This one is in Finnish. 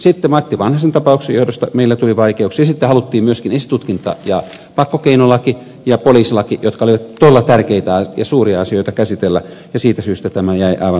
sitten matti vanhasen tapauksen johdosta meillä tuli vaikeuksia sitten haluttiin myöskin esitutkinta ja pakkokeinolaki ja poliisilaki jotka olivat todella tärkeitä ja suuria asioita käsitellä ja siitä syystä tämä jäi aivan loppuvaiheeseen